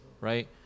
right